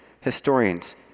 historians